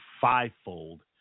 fivefold